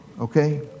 Okay